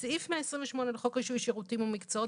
סעיף 128 לחוק רישוי שירותים ומקצועות